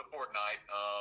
Fortnite